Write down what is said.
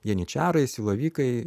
janyčarai silavykai